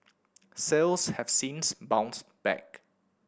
sales have since bounced back